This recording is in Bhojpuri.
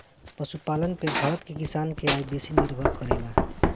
पशुपालन पे भारत के किसान के आय बेसी निर्भर करेला